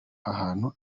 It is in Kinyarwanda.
ahantu